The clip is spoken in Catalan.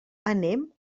anem